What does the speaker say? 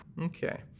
Okay